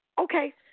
Okay